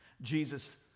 Jesus